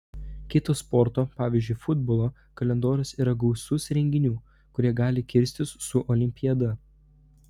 kito sporto pavyzdžiui futbolo kalendorius yra gausus renginių kurie gali kirstis su olimpiada